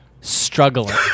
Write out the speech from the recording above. struggling